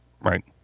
Right